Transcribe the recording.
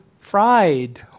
fried